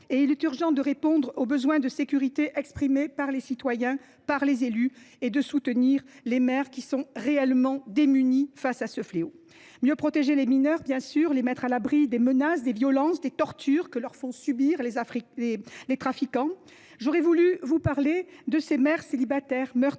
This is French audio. ailleurs de répondre au besoin de sécurité qu’expriment les citoyens comme les élus, et de soutenir les maires, qui sont réellement démunis face à ce fléau. Il faut mieux protéger les mineurs, bien sûr, les mettre à l’abri des menaces, des violences ou des tortures que leur font subir les trafiquants. J’aurais voulu vous parler également de ces mères célibataires meurtries,